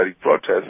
protests